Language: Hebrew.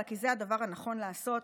אלא כי זה הדבר הנכון לעשות